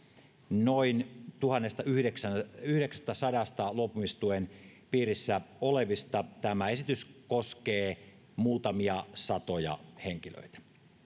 noin tuhannestayhdeksästäsadasta luopumistuen piirissä olevasta tämä esitys koskee muutamia satoja henkilöitä